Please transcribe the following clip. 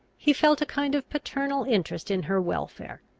he felt a kind of paternal interest in her welfare.